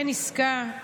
אין עסקה,